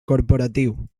corporatiu